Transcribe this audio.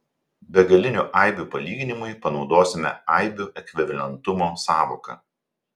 begalinių aibių palyginimui panaudosime aibių ekvivalentumo sąvoką